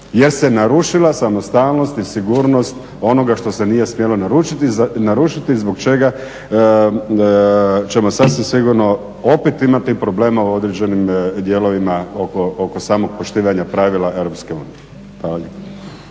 jer se narušila samostalnost i sigurnost onoga što se nije smjelo narušiti zbog čega ćemo sasvim sigurno opet imati problem u određenim dijelovima oko samog poštivanja pravila EU.